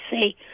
say